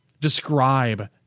describe